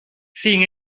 sin